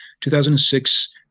2006